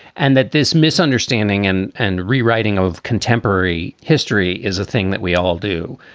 and that this misunderstanding and and rewriting of contemporary history is a thing that we all do.